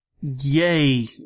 Yay